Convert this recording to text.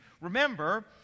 Remember